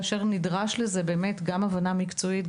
כאשר נדרשות לזה גם הבנה מקצועית,